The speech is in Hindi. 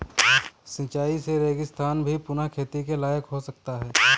सिंचाई से रेगिस्तान भी पुनः खेती के लायक हो सकता है